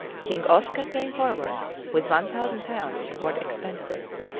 king oscar came forward with one thousand pounds toward expenses.